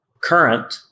current